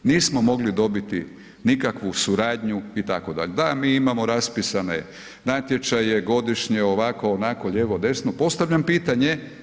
Nismo mogli dobiti nikakvu suradnju itd., da mi imamo raspisane natječaje godišnje ovako, onako, lijevo, desno, ostavljam pitanje.